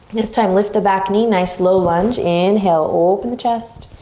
this time lift the back knee, nice low lunge. inhale, open the chest.